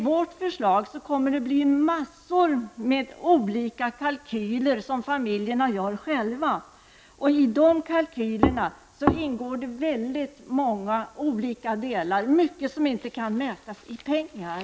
Vårt förslag medför att föräldrarna själva kan göra en mängd kalkyler. I dessa kalkyler ingår många olika delar, bl.a. många som inte kan mätas i pengar.